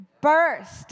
Burst